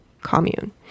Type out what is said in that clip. commune